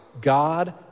God